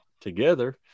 together